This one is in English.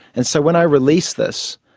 and so when i release this,